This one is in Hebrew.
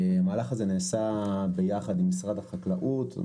המהלך הזה נעשה יחד עם משרד החקלאות,